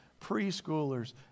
preschoolers